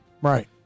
Right